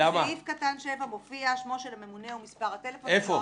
בסעיף קטן (7) מופיע שמו: של הממונה ומספר הטלפון שלו.